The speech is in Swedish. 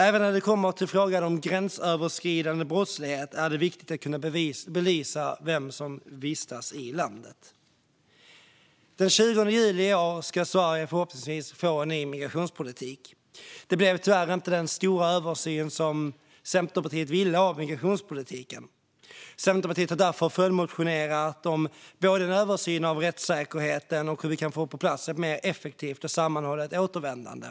Även när det kommer till frågan om gränsöverskridande brottslighet är det viktigt att kunna belysa vem som vistas i landet. Den 20 juli i år ska Sverige förhoppningsvis få en ny migrationspolitik. Det blev tyvärr inte den stora översyn av migrationspolitiken som Centerpartiet ville ha. Centerpartiet har därför följdmotionerat både om en översyn av rättssäkerheten och om hur vi kan få på plats ett mer effektivt och sammanhållet återvändande.